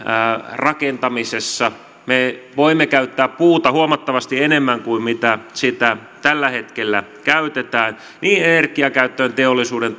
rakentamisessa me voimme käyttää puuta huomattavasti enemmän kuin sitä tällä hetkellä käytetään niin energiakäyttöön kuin teollisuuden